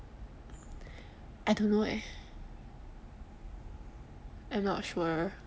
I don't know eh I'm not sure